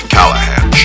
Callahan